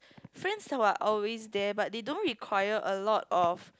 friends who are always there but they don't require a lot of